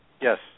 Yes